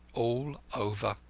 all over!